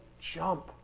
jump